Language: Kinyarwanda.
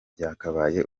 byakabaye